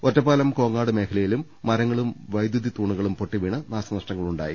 ഒറ്റപ്പാലം കോങ്ങാട് മേഖലയിലും മരങ്ങളും വൈദ്യുത തൂണുകളും പൊട്ടിവീണ് നാശനഷ്ടങ്ങൾ ഉണ്ടായി